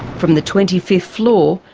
from the twenty fifth floor,